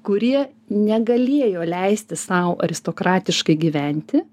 kurie negalėjo leisti sau aristokratiškai gyventi